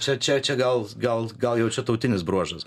čia čia čia gal gal gal jau čia tautinis bruožas